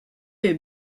est